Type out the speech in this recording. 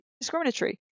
Discriminatory